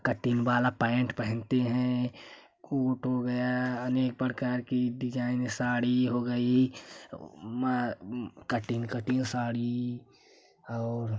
cutting वाला pant पहनते हैं कोट हो गया अनेक प्रकार की डिजाइने साड़ी हो गई उ मा कटिंग कटिंग साड़ी और